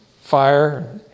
fire